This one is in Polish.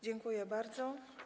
Dziękuję bardzo.